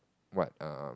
what um